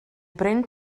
bryn